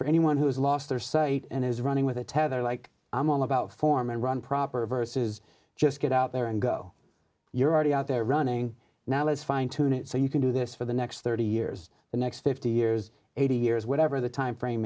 for anyone who has lost their sight and is running with a tether like i'm all about form and run proper verses just get out there and go you're already out there running now is fine tune it so you can do this for the next thirty years the next fifty years eighty years whatever the timeframe